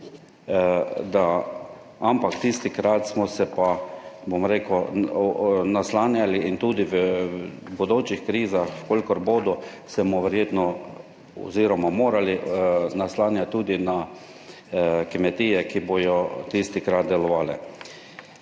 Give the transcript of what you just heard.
ampak tistikrat smo se pa, bom rekel, naslanjali in tudi v bodočih krizah, v kolikor bodo, se bomo verjetno oziroma morali naslanjati tudi na kmetije, ki bodo tistikrat delovale.